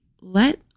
Let